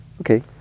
Okay